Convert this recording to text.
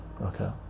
okay